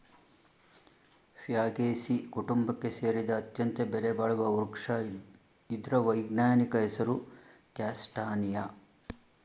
Fagaceae ಕುಟುಂಬಕ್ಕೆ ಸೇರಿದ ಅತ್ಯಂತ ಬೆಲೆಬಾಳುವ ವೃಕ್ಷ ಇದ್ರ ವೈಜ್ಞಾನಿಕ ಹೆಸರು ಕ್ಯಾಸ್ಟಾನಿಯ